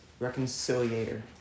reconciliator